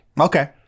Okay